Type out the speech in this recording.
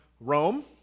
Rome